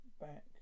back